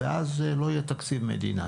ואז לא יהיה תקציב מדינה.